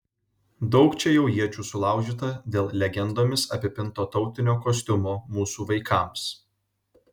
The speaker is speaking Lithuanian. daug čia jau iečių sulaužyta dėl legendomis apipinto tautinio kostiumo mūsų vaikams